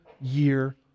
year